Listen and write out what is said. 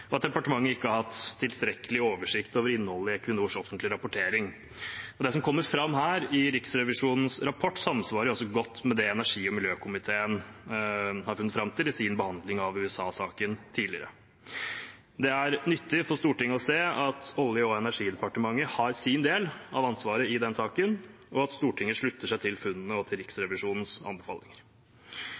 og at departementet ikke har hatt tilstrekkelig oversikt over innholdet i Equinors offentlige rapportering. Det som kommer fram i Riksrevisjonens rapport, samsvarer også godt med det som olje- og energikomiteen har funnet fram til i sin behandling av USA-saken tidligere. Det er nyttig for Stortinget å se at Olje- og energidepartementet har sin del av ansvaret i den saken, og at Stortinget slutter seg til funnene og til Riksrevisjonens anbefalinger,